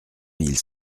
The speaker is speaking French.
mille